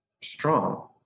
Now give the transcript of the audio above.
strong